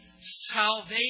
salvation